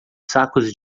sacos